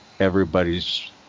everybody's